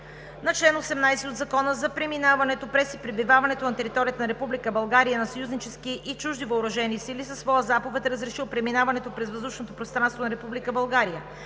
на чл. 18 от Закона за преминаването през и пребиваването на територията на Република България на съюзнически и чужди въоръжени сили със своя заповед е разрешил преминаването през въздушното пространство на